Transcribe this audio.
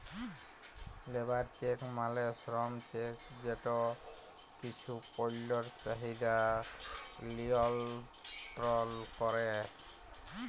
labour check মালে শ্রম check যেট কিছু পল্যের চাহিদা লিয়লত্রল ক্যরে